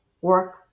work